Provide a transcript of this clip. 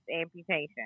amputation